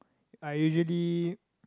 I usually